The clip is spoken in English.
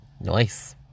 Nice